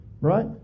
right